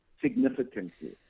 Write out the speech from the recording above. significantly